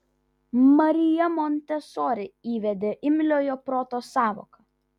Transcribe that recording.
marija montesori įvedė imliojo proto sąvoką